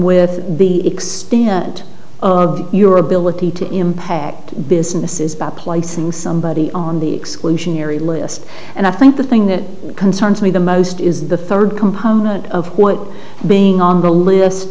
with the extent of your ability to impact businesses by placing somebody on the exclusionary list and i think the thing that concerns me the most is the third component of what being on the list